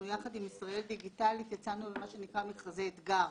יחד עם ישראל דיגיטלית יצאנו במה שנקרא מכרזי אתגר,